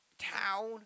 town